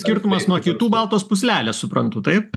skirtumas nuo kitų baltos pūslelės suprantu taip